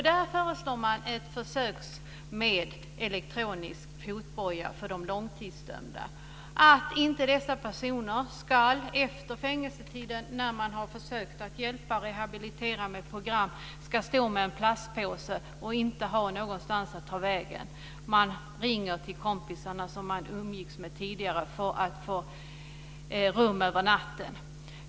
Där föreslås ett försök med elektronisk fotboja för de långtidsdömda så att dessa personer efter fängelsetiden, då man har försökt att hjälpa och rehabilitera med program, inte ska stå med en plastpåse i handen utan att ha någonstans att ta vägen. De ringer till kompisarna som de umgicks med tidigare för att få rum över natten.